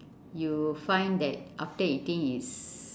you find that after eating is